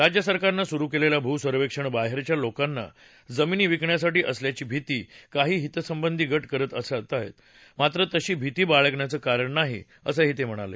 राज्य सरकारनं सुरु केलेलं भू सर्वेक्षण बाहेरच्या लोकांना जमिनी विकण्यासाठी असल्याची भीती काही हितसंबंधी गट करत आहेत मात्र तशी भीती बाळगण्याचं कारण नाही असं ते म्हणाले